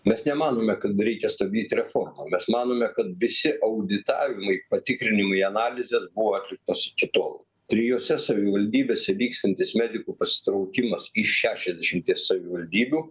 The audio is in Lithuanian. mes nemanome kad reikia stabdyti reformą mes manome kad visi auditavimai patikrinimai analizės buvo atliktos iki tol trijose savivaldybėse vyksiantis medikų pasitraukimas iš šešiasdešimties savivaldybių